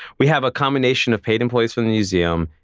we have a combination of paid employees for the museum,